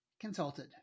consulted